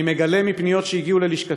אני מגלה, מפניות שהגיעו ללשכתי,